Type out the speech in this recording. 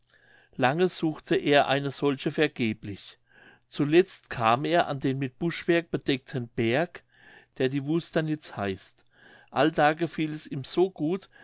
lange suchte er eine solche vergeblich zuletzt kam er an den mit buschwerk bedeckten berg der die wusternitz heißt allda gefiel es ihm so gut